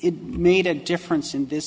it made a difference in this